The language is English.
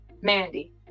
Mandy